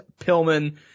Pillman